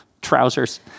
trousers